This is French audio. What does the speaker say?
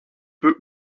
peu